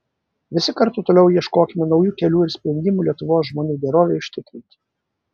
visi kartu toliau ieškokime naujų kelių ir sprendimų lietuvos žmonių gerovei užtikrinti